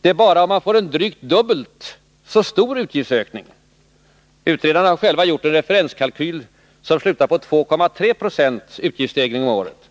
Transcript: Det är bara om man får en drygt dubbelt så stor utgiftsökning — utredarna har gjort ens.k. referenskalkyl om 2,3 90 utgiftsstegring om året